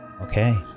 Okay